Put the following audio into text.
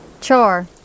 Char